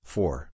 Four